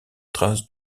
trace